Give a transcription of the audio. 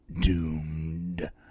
Doomed